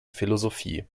philosophie